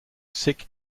sick